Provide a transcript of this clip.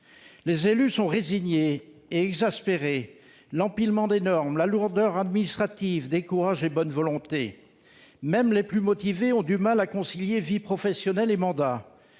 Les élus sont résignés et exaspérés. L'empilement des normes et la lourdeur administrative découragent les bonnes volontés. Même les plus motivés ont du mal à concilier leur vie professionnelle avec